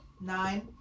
Nine